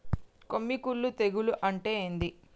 కొమ్మి కుల్లు తెగులు అంటే ఏంది?